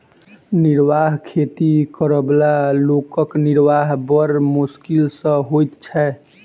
निर्वाह खेती करअ बला लोकक निर्वाह बड़ मोश्किल सॅ होइत छै